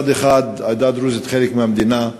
מצד אחד העדה הדרוזית היא חלק מהמדינה,